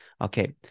Okay